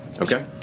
Okay